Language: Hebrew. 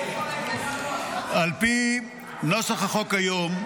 על פי נוסח החוק כיום,